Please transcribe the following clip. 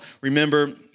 remember